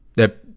the